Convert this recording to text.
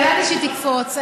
ידעתי שתקפוץ.